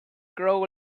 grow